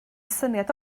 syniad